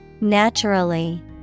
Naturally